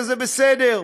וזה בסדר,